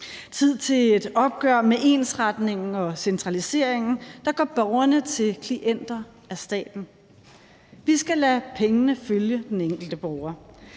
tid til et opgør med ensretningen og centraliseringen, der gør borgerne til klienter af staten. Vi skal lade pengene følge den enkelte borger.